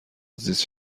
زیست